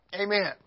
Amen